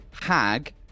Hag